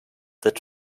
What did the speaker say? that